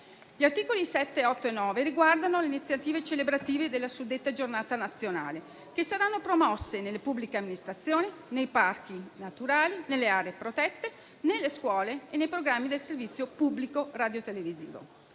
Gli articoli 7, 8 e 9 riguardano le iniziative celebrative della suddetta giornata nazionale, che saranno promosse nelle pubbliche amministrazioni, nei parchi naturali, nelle aree protette, nelle scuole e nei programmi del servizio pubblico radiotelevisivo.